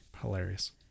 Hilarious